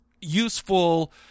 useful